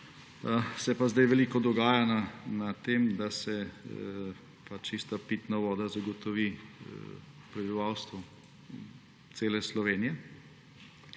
Se pa sedaj veliko dogaja na tem, da se čista pitna voda zagotovi prebivalstvu cele Slovenije.